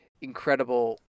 incredible